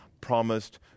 promised